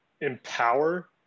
empower